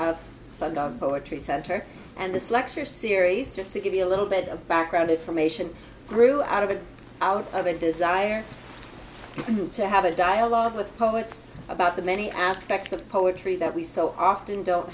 sundown poetry center and this lecture series just to give you a little bit of background information grew out of it out of a desire to have a dialogue with poets about the many aspects of poetry that we so often don't